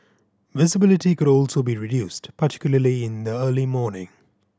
visibility could also be reduced particularly in the early morning